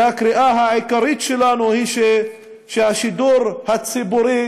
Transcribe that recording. והקריאה העיקרית שלנו היא שהשידור הציבורי